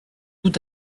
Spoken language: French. tout